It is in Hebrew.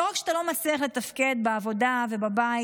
לא רק שאתה לא מצליח לתפקד בעבודה ובבית,